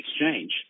exchange